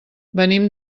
venim